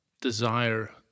desire